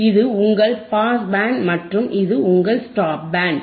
இது உங்கள் pass band மற்றும் இது உங்கள் ஸ்டாப் பேண்ட்